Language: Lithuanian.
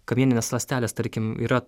kamieninės ląstelės tarkim yra